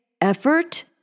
effort